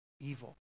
evil